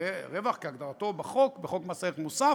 רווח כהגדרתו בחוק מס ערך מוסף,